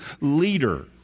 leader